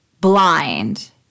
blind